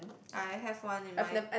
I have one in mind